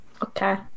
Okay